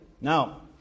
Now